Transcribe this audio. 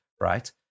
right